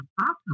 Awesome